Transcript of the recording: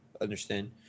understand